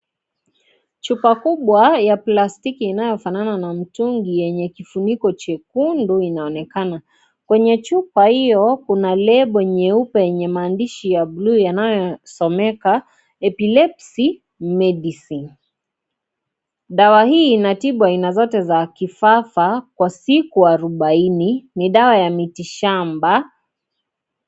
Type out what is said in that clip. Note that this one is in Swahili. Chupa kubwa ya plastiki inayofanana na mitungi yenye kifuniko jekundu inaonekana . Kwenye chupa hiyo kuna lebo nyeupe yenye maandishi ya bluu yanayosomeka (CS)epilepsy medicine(CS), dawa hii inatibu aina zote za kifafa kwa siku arubaini. Ni dawa ya mitishamba.